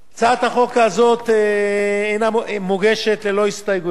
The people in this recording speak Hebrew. הצעת החוק הזאת מוגשת ללא הסתייגויות,